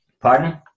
Pardon